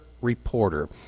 reporter